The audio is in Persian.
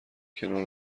کنار